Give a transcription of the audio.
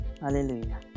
hallelujah